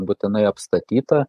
būtinai apstatyta